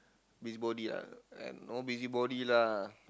busybody ah I no busybody lah